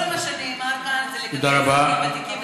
כל מה שנאמר כאן זה לגבי אזרחים ותיקים,